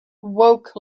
woke